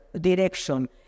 direction